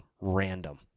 random